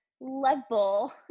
level